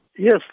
Yes